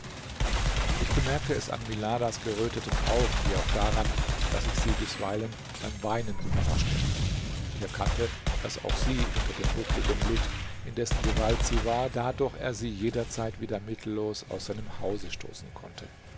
ich bemerkte es an miladas geröteten augen wie auch daran daß ich sie bisweilen beim weinen überraschte ich erkannte daß auch sie unter dem buckligen litt in dessen gewalt sie war da doch er sie jederzeit wieder mittellos aus seinem hause stoßen konnte